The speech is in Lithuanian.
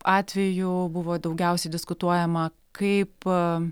atveju buvo daugiausiai diskutuojama kaip